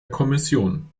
kommission